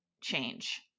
change